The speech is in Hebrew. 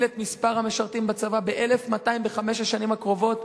את מספר המשרתים בצבא ב-1,200 בחמש השנים הקרובות.